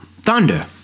Thunder